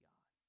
God